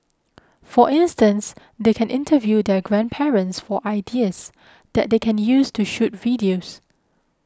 for instance they can interview their grandparents for ideas that they can use to shoot videos